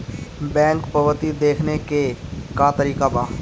Bank पवती देखने के का तरीका बा?